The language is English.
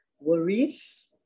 worries